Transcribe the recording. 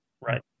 Right